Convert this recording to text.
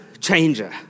changer